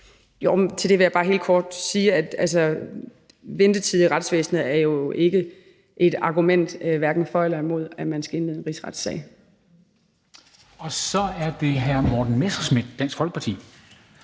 Til det vil jeg bare helt kort sige, at ventetid i retsvæsenet jo ikke er et argument hverken for eller imod, at man skal indlede en rigsretssag. Kl. 13:01 Formanden (Henrik Dam Kristensen):